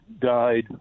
died